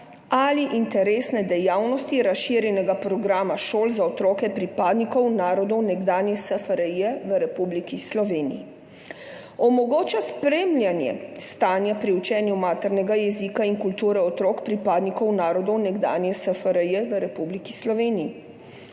ali interesne dejavnosti razširjenega programa šol za otroke pripadnikov narodov nekdanje SFRJ v Republiki Sloveniji; omogoča spremljanje stanja pri učenju maternega jezika in kulture otrok pripadnikov narodov nekdanje SFRJ v Republiki Sloveniji;